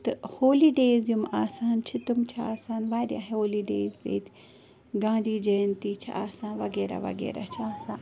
تہٕ ہولیڈیز یِم آسان چھِ تٕم چھِ آسان وارِیاہ ہولیڈیز ییٚتہِ گاندی جٔینتی چھِ آسان وغیرہ وغیرہ چھِ آسان